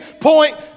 point